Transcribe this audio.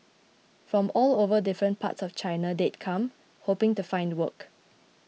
from all over the different parts of China they'd come hoping to find work